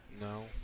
No